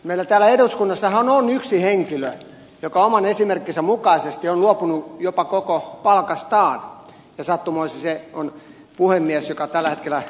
meillä täällä eduskunnassahan on yksi henkilö joka oman esimerkkinsä mukaisesti on luopunut jopa koko palkastaan ja sattumoisin se on puhemies joka tällä hetkellä istuntoa johtaa